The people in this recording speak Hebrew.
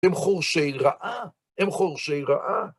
הם חורשי רעה, הם חורשי רעה.